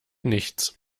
nichts